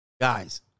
Guys